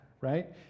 right